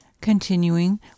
Continuing